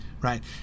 right